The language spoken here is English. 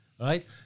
Right